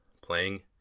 playing